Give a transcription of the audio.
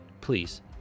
please